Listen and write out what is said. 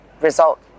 result